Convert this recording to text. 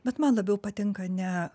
bet man labiau patinka ne